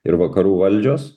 ir vakarų valdžios